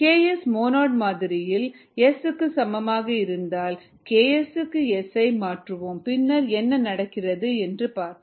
Ks மோனோட் மாதிரியில் S க்கு சமமாக இருந்தால் Ks க்கு S ஐ மாற்றுவோம் பின்னர் என்ன நடக்கிறது என்று பார்ப்போம்